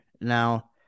Now